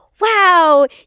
Wow